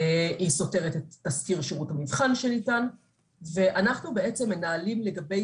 היא סותרת את תזכיר שירות המבחן שניתן ואנחנו בעצם מנהלים לגבי